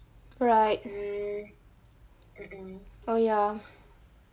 right oh ya